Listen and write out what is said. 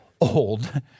old